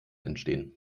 entstehen